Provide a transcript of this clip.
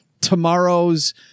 tomorrow's